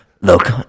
Look